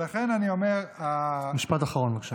לכן אני אומר, משפט אחרון, בבקשה.